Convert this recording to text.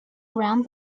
around